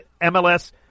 MLS